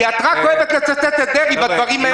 כי את רק אוהבת לצטט את דרעי בדברים האלה.